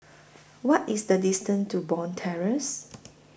What IS The distance to Bond Terrace